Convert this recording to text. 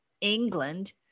England